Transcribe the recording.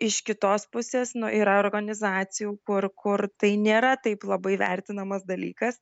iš kitos pusės nu yra organizacijų kur kur tai nėra taip labai vertinamas dalykas